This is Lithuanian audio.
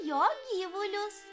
jo gyvulius